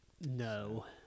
No